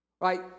Right